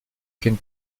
aucune